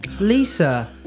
Lisa